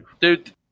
dude